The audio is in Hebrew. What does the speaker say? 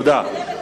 תודה.